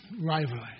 rivalry